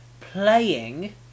playing